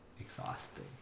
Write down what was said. exhausting